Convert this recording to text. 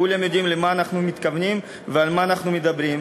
כולם יודעים למה אנחנו מתכוונים ועל מה אנחנו מדברים.